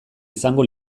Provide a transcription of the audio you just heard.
izango